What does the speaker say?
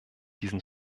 diesen